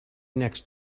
next